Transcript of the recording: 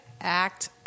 act